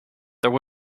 there